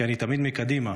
כי אני תמיד מקדימה,